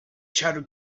shouted